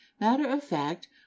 matter-of-fact